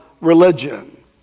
religion